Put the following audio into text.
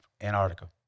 Antarctica